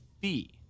fee